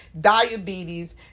diabetes